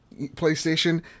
PlayStation